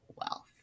wealth